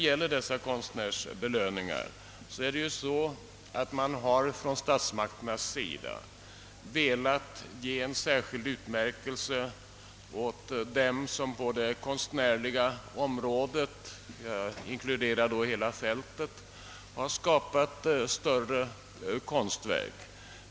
Med dessa konstnärsbelöningar har statsmakterna velat ge en särskild utmärkelse åt dem som på det konstnärliga området — jag inkluderar hela fältet — har skapat större verk.